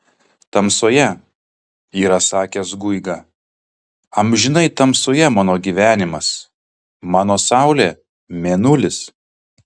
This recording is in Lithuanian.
tamsoje yra sakęs guiga amžinai tamsoje mano gyvenimas mano saulė mėnulis